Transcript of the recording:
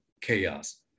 chaos